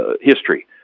history